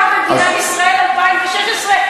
גם במדינת ישראל 2016,